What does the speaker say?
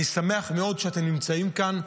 אני שמח מאוד שאתם נמצאים כאן,